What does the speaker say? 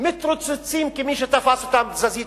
מתרוצצים כמי שתפסה אותם תזזית.